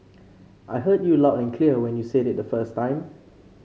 I heard you loud and clear when you said it the first time